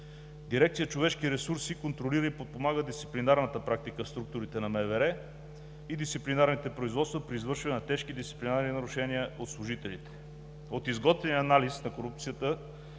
Дирекция „Човешки ресурси“ контролира и подпомага дисциплинарната практика в структурите на МВР и дисциплинарните производства при извършване на тежки дисциплинарни нарушения от служителите. От изготвения анализ на корупцията